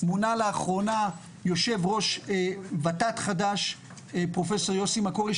לאחרונה מונה יושב ראש ות"ת חדש פרופסור יוסי מקורי,